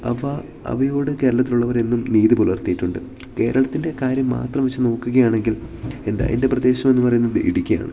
അവ അവയോട് കേരളത്തിലുള്ളവരെന്നും നീതി പുലർത്തിയിട്ടുണ്ട് കേരളത്തിൻ്റെ കാര്യം മാത്രം വെച്ച് നോക്കുകയാണെങ്കിൽ എന്താ എൻ്റെ പ്രദേശം എന്ന് പറയുന്നത് ഇടുക്കിയാണ്